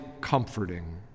comforting